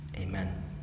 Amen